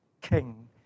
king